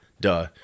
duh